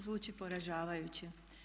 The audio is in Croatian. Zvuči poražavajuće.